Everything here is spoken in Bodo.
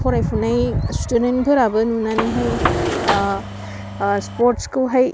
फरायफुनाय सिटुदेन्टफोराबो नुनानैहाय स्पर्दखौहाय